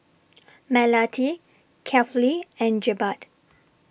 Melati Kefli and Jebat